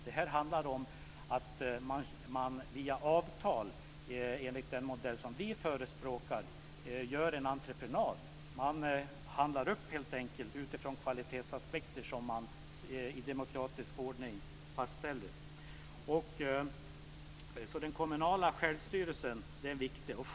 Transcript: Det handlar här enligt den modell som vi förespråkar om att man via avtal gör en entreprenad. Man handlar helt enkelt upp utifrån kvalitetsaspekter som fastställs i demokratisk ordning. Den kommunala självstyrelsen är alltså viktig.